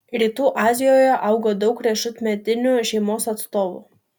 rytų azijoje auga daug riešutmedinių šeimos atstovų